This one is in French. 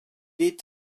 est